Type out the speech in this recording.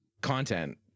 content